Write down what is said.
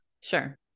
Sure